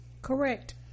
Correct